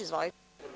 Izvolite.